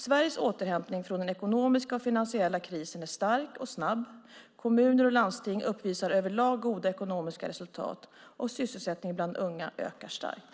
Sveriges återhämtning från den ekonomiska och finansiella krisen är stark och snabb, kommuner och landsting uppvisar över lag goda ekonomiska resultat, och sysselsättningen bland unga ökar starkt.